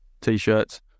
T-shirts